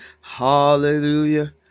hallelujah